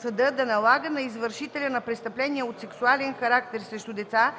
съда да налага на извършителя на престъпление от сексуален характер срещу деца